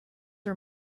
are